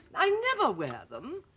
i never wear them.